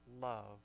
love